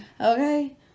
Okay